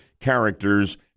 characters